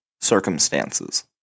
circumstances